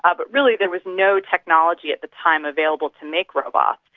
ah but really there was no technology at the time available to make robots.